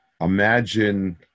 Imagine